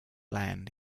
land